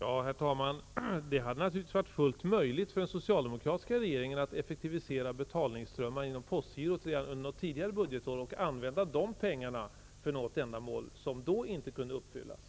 Herr talman! Det hade naturligtvis varit fullt möjligt för den socialdemokratiska regeringen att effektivisera betalningsströmmarna inom postgirot under tidigare budgetår och använda pengarna för något ändamål som då inte kunde tillgodoses.